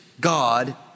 God